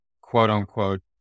quote-unquote